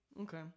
Okay